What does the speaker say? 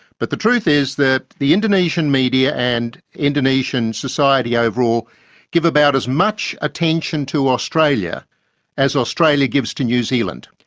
but the truth is that the indonesian media and indonesian society overall give about as much attention to australia as australia gives to new zealand.